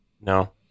No